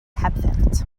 hebddynt